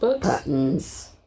Patterns